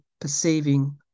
perceiving